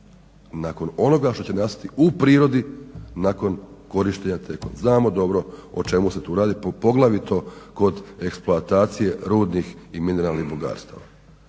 Nakon onoga što će nastati u prirodi nakon korištenja te koncesije. Znamo dobro o čemu se tu radi, poglavito kod eksploatacije rudnih i mineralnih bogatstava.